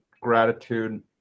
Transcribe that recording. gratitude